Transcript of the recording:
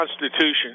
Constitution